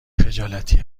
خجالتی